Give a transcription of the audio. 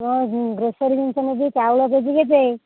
ହଁ ଗ୍ରୋସରୀ ଜିନିଷ ନେବି ଚାଉଳ କେଜି କେତେ